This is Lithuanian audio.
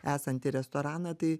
esantį restoraną tai